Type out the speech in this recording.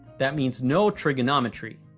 that means no trigonometry.